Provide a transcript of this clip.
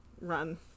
run